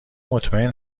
مطمئن